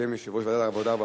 בשם יושב-ראש ועדת העבודה,